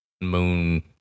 moon